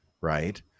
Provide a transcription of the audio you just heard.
right